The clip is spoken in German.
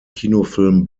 kinofilm